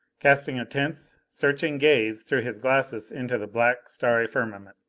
casting a tense, searching gaze through his glasses into the black, starry firmament.